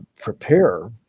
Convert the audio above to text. prepare